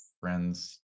Friends